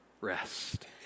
rest